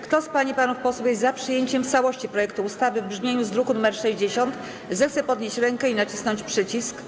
Kto z pań i panów posłów jest za przyjęciem w całości projektu ustawy w brzmieniu z druku nr 60, zechce podnieść rękę i nacisnąć przycisk.